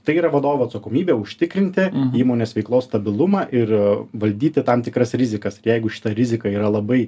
tai yra vadovo atsakomybė užtikrinti įmonės veiklos stabilumą ir valdyti tam tikras rizikas ir jeigu šita rizika yra labai